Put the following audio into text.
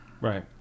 right